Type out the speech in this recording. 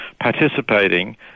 participating